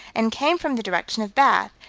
and came from the direction of bath,